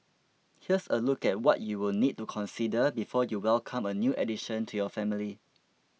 here's a look at what you will need to consider before you welcome a new addition to your family